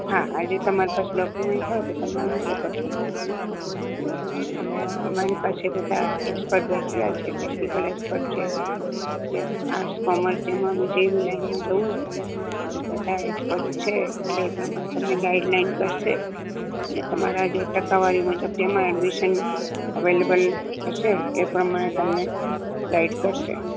હા આજે તમારી પાસે ડોક્યુમેન્ટ હોય તો તમે આવી શકો છો અને અમે અમારી પાસે બધા એક્સપટ બેઠેલા છે ટેકનિકલ એક્સપટ છે ને આર્ટસ કૉમર્સ જેમાં જે બી લાઈનમાં જવું હોય એ બધા એક્સપટ્સ છે એટલે એ પ્રમાણે તમને ગાઇડલાઇન કરશે અને તમારા જે ટકાવારી મુજબ જેમાં એડમિશન અવેલેબલ હશે એ પ્રમાણે તમને ગાઈડ કરશે